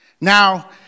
Now